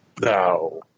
No